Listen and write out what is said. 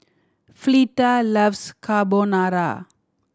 Fleta loves Carbonara